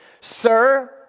sir